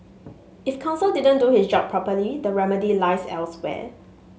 if counsel didn't do his job properly the remedy lies elsewhere